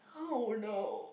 oh no